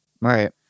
Right